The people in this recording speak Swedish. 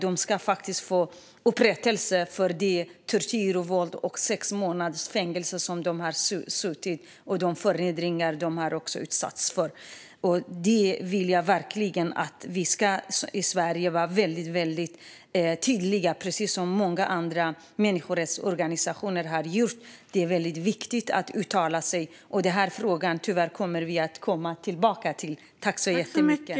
De måste få upprättelse för den tortyr och det våld de utsatts för, de sex månader som de har suttit i fängelse och också de förnedringar som de utsatts för. Jag vill att vi i Sverige vara väldigt tydliga och göra precis som många människorättsorganisationer har gjort. Det är väldigt viktigt att uttala sig. Vi kommer tyvärr att komma tillbaka till den här frågan.